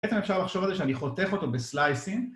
בעצם אפשר לחשוב על זה שאני חותך אותו בסלייסים